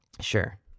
Sure